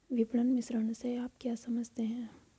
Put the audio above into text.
विपणन मिश्रण से आप क्या समझते हैं?